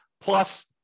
plus